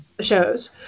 shows